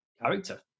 character